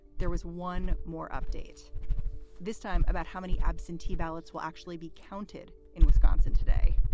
there was one more update this time about how many absentee ballots will actually be counted in wisconsin today,